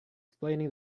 explaining